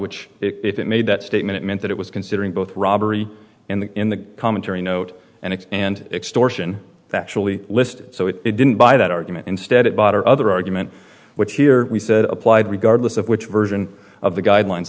which it made that statement meant that it was considering both robbery in the in the commentary note and it and extortion actually list so it didn't buy that argument instead it bought her other argument which here we said applied regardless of which version of the guidelines